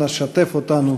אנא שתף אותנו